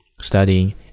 studying